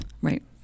Right